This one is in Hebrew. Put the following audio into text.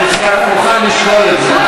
אני מוכן לשקול את זה.